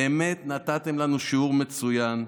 באמת נתתם לנו שיעור מצוין.